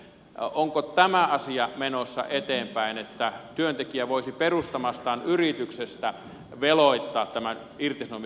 onko tämä asia menossa eteenpäin että työntekijä voisi perustamastaan yrityksestä veloittaa tämän irtisanomiskorvauksen